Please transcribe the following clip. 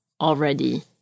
already